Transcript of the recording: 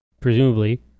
presumably